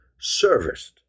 serviced